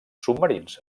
submarins